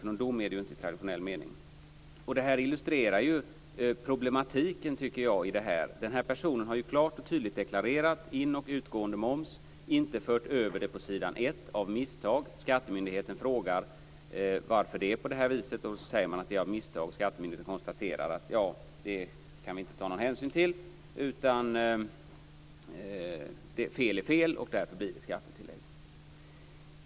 Det är ju inte någon dom i traditionell mening. Detta tycker jag illustrerar problematiken i detta. Denna person har ju klart och tydligt deklarerat inoch utgående moms men av misstag inte fört över det på s. 1. Skattemyndigheten frågar varför det är på detta sätt. Och personen i fråga säger att det har skett av misstag. Skattemyndigheten konstaterar då att man inte kan ta någon hänsyn till detta - fel är fel. Och därför blir det skattetillägg.